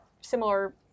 similar